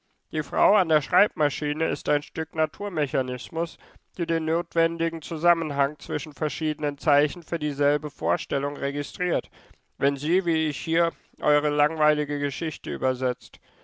die frau an der schreibmaschine ist ein stück naturmechanismus die den notwendigen zusammenhang zwischen verschiedenen zeichen für dieselbe vorstellung registriert wenn sie wie ich hier eure langweilige geschichte übersetzt